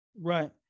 Right